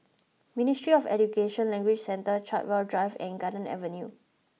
Ministry of Education Language Centre Chartwell Drive and Garden Avenue